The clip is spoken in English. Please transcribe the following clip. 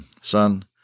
Son